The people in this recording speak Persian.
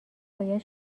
باید